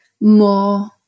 more